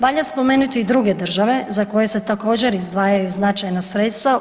Valja spomenuti i druge države za koje se također izdvajaju značajna sredstava.